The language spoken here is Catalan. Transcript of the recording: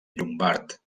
llombard